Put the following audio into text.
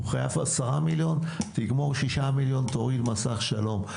חייב 10 מיליון, תגמור 6 מיליון, תוריד מסך, שלום.